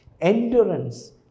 endurance